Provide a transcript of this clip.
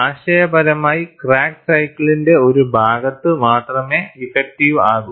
ആശയപരമായി ക്രാക്ക് സൈക്കിളിന്റെ ഒരു ഭാഗത്ത് മാത്രമേ ഇഫക്റ്റീവ് ആകൂ